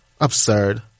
Absurd